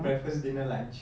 breakfast dinner lunch